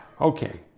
Okay